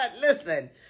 listen